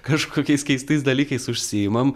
kažkokiais keistais dalykais užsiimam